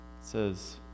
says